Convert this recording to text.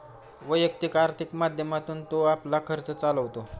वैयक्तिक आर्थिक माध्यमातून तो आपला खर्च चालवतो